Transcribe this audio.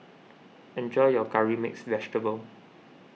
enjoy your Curry Mixed Vegetable